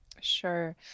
sure